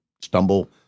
stumble